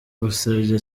gusebya